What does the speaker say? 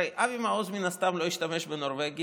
הרי אבי מעוז מן הסתם לא ישתמש בנורבגי,